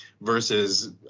versus